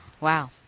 wow